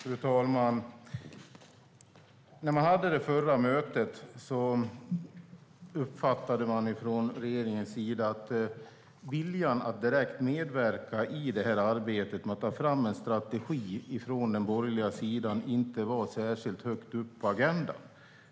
Fru talman! Vid det förra mötet uppfattade man från regeringens sida att viljan från den borgerliga sidan att direkt medverka i detta arbete med att ta fram en strategi inte var särskilt stor och inte särskilt högt upp på agendan.